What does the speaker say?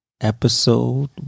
Episode